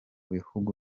bihugu